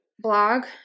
Blog